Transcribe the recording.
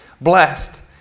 Blessed